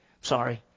Sorry